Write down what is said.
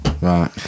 Right